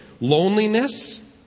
loneliness